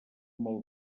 molt